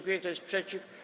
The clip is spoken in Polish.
Kto jest przeciw?